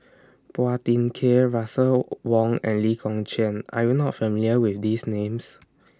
Phua Thin Kiay Russel Wong and Lee Kong Chian Are YOU not familiar with These Names